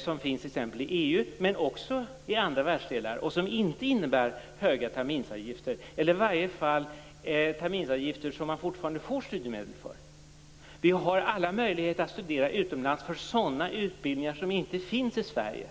som finns t.ex. inom EU, men också i andra världsdelar, och som inte innebär höga terminsavgifter utan sådana som man fortfarande får studiemedel för. Alla möjligheter finns att studera utomlands när det gäller sådana utbildningar som inte finns i Sverige.